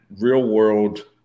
real-world